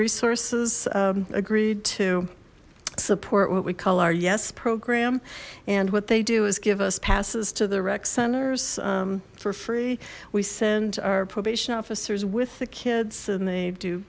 resources agreed to support what we call our yes program and what they do is give us passes to the rec centers for free we send our probation officers with the kids and they do